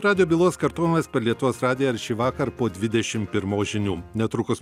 radijo bylos kartojimas per lietuvos radiją ar šį vakar po dvidešim pirmos žinių netrukus